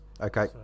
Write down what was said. Okay